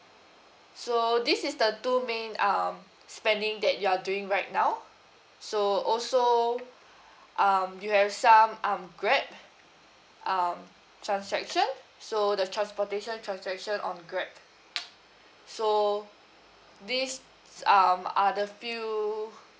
so this is the two main um spending that you are doing right now so also um you have some um grab um transaction so the transportation transaction on grab so these um are the few